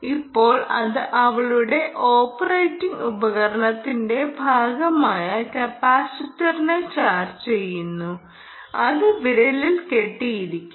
ഇപ്പോൾ അത് അവളുടെ ഓപ്പറേറ്റിംഗ് ഉപകരണത്തിന്റെ ഭാഗമായ കപ്പാസിറ്ററിനെ ചാർജ് ചെയ്യുന്നു അത് വിരലിൽ കെട്ടിയിരിക്കും